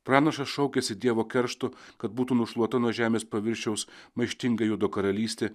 pranašas šaukiasi dievo keršto kad būtų nušluota nuo žemės paviršiaus maištinga judo karalystė